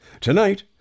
Tonight